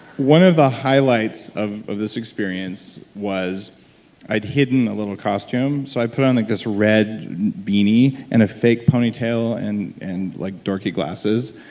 one of the highlights of of this experience was i'd hidden a little costume, so i put on like this red beanie and a fake ponytail and and like dorky glasses,